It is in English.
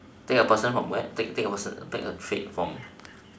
take a person from where take take the person take a trait from